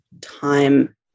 time